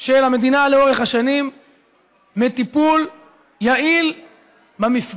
של המדינה לאורך השנים וטיפול לא יעיל במפגע